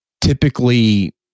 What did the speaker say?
Typically